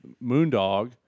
Moondog